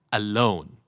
alone